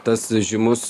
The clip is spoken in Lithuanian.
tas žymus